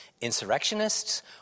insurrectionists